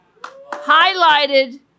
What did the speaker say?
highlighted